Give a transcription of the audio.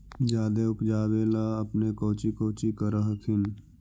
जादे उपजाबे ले अपने कौची कौची कर हखिन?